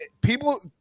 People